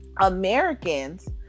Americans